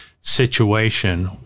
situation